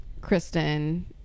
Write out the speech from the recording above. Kristen